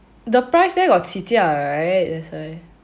the price there got 起价 right that's why